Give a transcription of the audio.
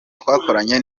twakoranye